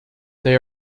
they